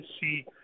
see